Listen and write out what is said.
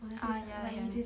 ah ya ya ya